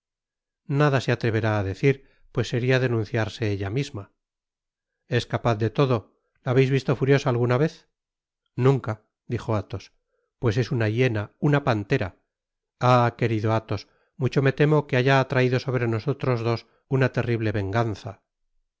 nada se atreverá á decir pues seria denunciarse ella misma es capaz de todo la habeis visto furiosa alguna vez nunca dijo athos pues es una hiena una pantera ah querido alhos mucho me temo que haya atraido sobre nosotros dos una terrible venganza